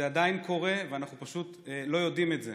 עדיין קורה בהם ואנחנו פשוט לא יודעים את זה.